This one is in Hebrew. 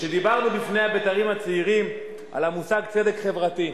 וכשדיברנו בפני הבית"רים הצעירים על המושג צדק חברתי,